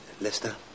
Lester